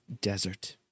Desert